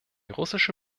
russische